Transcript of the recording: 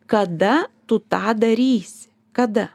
kada tu tą darysi kada